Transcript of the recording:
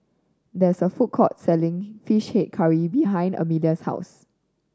there is a food court selling Fish Head Curry behind Amelia's house